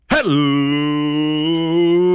Hello